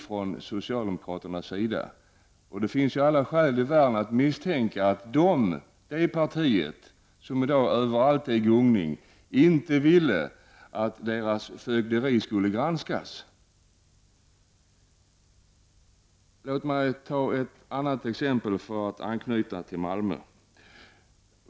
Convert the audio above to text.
Från socialdemokratisk sida har man dock sagt nej. Då finns det alla skäl i världen att misstänka att det partiet, som ju över allt är i gungning, inte vill att dess ''fögderi'' skall granskas. Låt mig ta ett annat exempel som anknyter till Malmö.